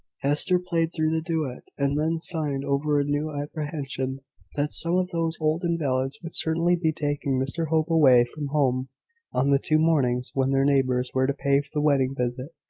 hester played through the duet, and then sighed over a new apprehension that some of those old invalids would certainly be taking mr hope away from home on the two mornings when their neighbours were to pay the wedding visit.